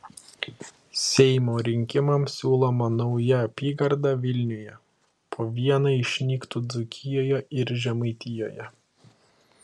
seimo rinkimams siūloma nauja apygarda vilniuje po vieną išnyktų dzūkijoje ir žemaitijoje